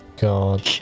god